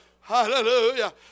hallelujah